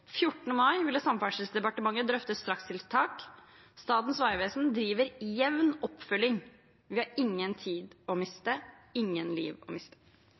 mai ville Samferdselsdepartementet drøfte strakstiltak. Statens vegvesen driver jevn oppfølging. Vi har ingen tid å miste, ingen liv å miste.